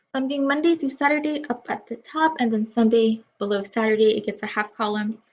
i'm doing monday to saturday up at the top and then sunday below saturday, it gets a half column.